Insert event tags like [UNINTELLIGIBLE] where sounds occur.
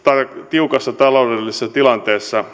tiukassa taloudellisessa tilanteessa [UNINTELLIGIBLE]